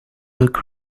look